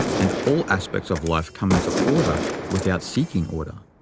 and all aspects of life come into order without seeking order.